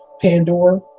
Pandora